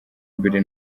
mbere